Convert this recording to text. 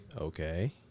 Okay